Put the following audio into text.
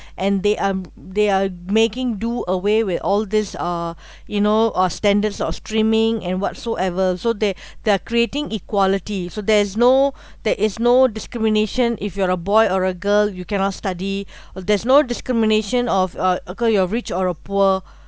and they are they are making do away with all this uh you know uh standards of streaming and whatsoever so they they're creating equality so there is no there is no discrimination if you're a boy or a girl you cannot study there's no discrimination of uh you are rich or a poor